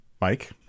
Mike